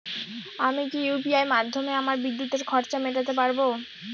আমি কি ইউ.পি.আই মাধ্যমে আমার বিদ্যুতের খরচা মেটাতে পারব?